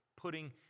Putting